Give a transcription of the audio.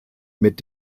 mit